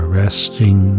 resting